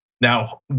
Now